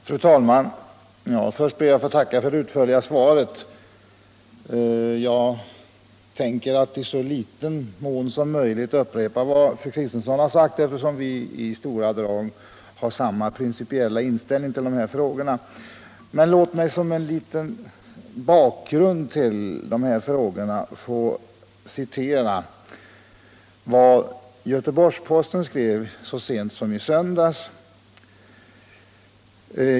Fru talman! Först ber jag att få tacka socialministern för det utförliga svaret. Jag tänker att i så ringa mån som möjligt upprepa vad fru Kristensson har sagt, eftersom hon och jag i stora drag har samma principiella inställning till dessa frågor. Men låt mig som en bakgrund till de här frågorna få citera vad Göteborgs-Posten skrev så sent som i söndags.